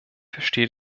verstehe